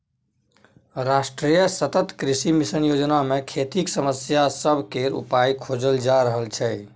राष्ट्रीय सतत कृषि मिशन योजना मे खेतीक समस्या सब केर उपाइ खोजल जा रहल छै